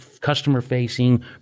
customer-facing